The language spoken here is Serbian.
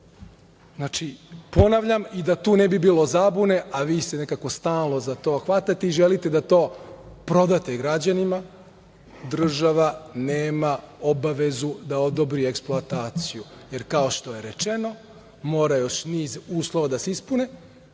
pitanje. Ponavljam i da tu ne bi bilo zabune, a vi se nekako stalno za to hvatate i želite da to prodate građanima – država nema obavezu da odobri eksploataciju jer, kao što je rečeno, mora još niz uslova da se ispuni,